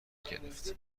گرفت